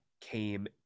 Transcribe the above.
came